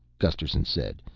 gusterson said.